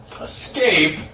escape